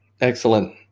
Excellent